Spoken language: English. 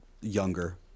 younger